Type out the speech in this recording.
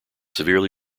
severely